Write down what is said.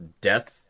death